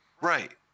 Right